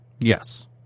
Yes